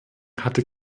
hatte